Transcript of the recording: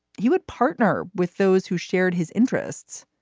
he would partner with those who shared his interests.